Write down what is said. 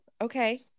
okay